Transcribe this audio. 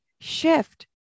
shift